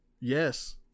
Yes